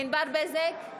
ענבר בזק,